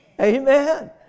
Amen